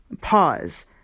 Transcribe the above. Pause